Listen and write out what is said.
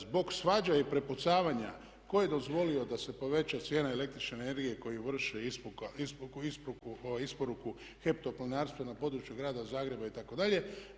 Zbog svađa i prepucavanja tko je dozvolio da se poveća cijena električne energije koji vrše isporuku HEP toplinarstvo na području grada Zagreba itd.,